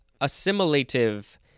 Assimilative